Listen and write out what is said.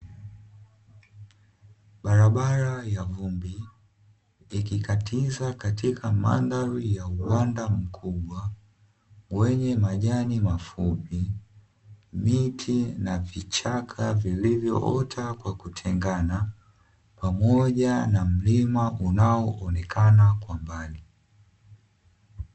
Barabara ya vumbi, ikikatiza katika mandhari ya uwanda mkubwa, wenye majani mafupi miti na vichaka vilivyoota kwa kutengana, pamoja na mlima unao onekana kwa mbali.